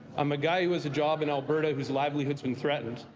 i'm a guy who has a job in alberta, whose livelihood's been threatened.